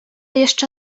jeszcze